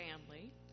family